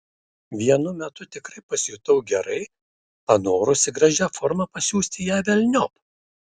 vienu metu tikrai pasijutau gerai panorusi gražia forma pasiųsti ją velniop